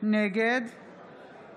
נגד איימן עודה, אינו